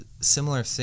similar